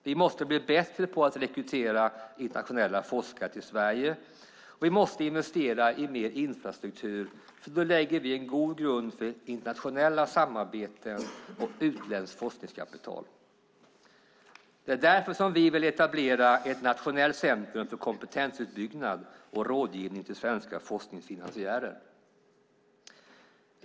Vi måste bli bättre på att rekrytera internationella forskare till Sverige, och vi måste investera i mer infrastruktur, för då lägger vi en god grund för internationella samarbeten och utländskt forskningskapital. Därför vill vi etablera ett nationellt centrum för kompetensuppbyggnad och rådgivning till svenska forskningsfinansiärer.